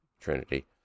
Trinity